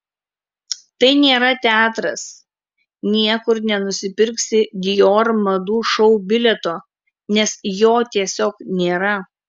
tai nėra teatras niekur nenusipirksi dior madų šou bilieto nes jo tiesiog nėra